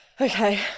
Okay